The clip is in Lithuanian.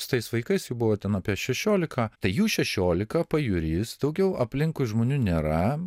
su tais vaikais jų buvo ten apie šešiolika tai jų šešiolika pajūris daugiau aplinkui žmonių nėra